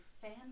fans